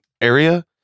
area